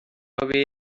away